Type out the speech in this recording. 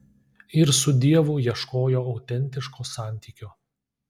ir su dievu ieškojo autentiško santykio